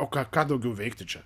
o ką ką daugiau veikti čia